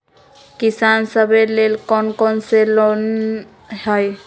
किसान सवे लेल कौन कौन से लोने हई?